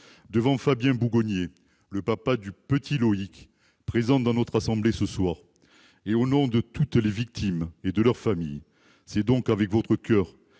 Devant Fabien Bourgeonnier, le papa du petit Loïc, présent dans notre assemblée ce soir, et au nom de toutes les victimes et de leur famille, c'est donc avec votre coeur,